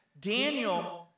Daniel